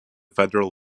federal